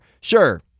Sure